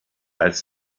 als